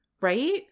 Right